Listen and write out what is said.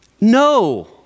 No